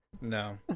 No